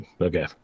Okay